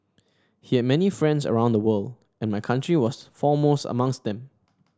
he had many friends around the world and my country was foremost amongst them